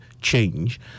change